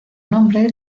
nombre